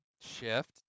shift